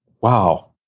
Wow